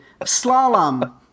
slalom